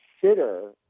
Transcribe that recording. consider